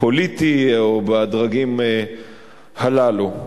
פוליטי או בדרגים הללו.